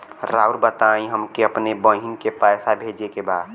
राउर बताई हमके अपने बहिन के पैसा भेजे के बा?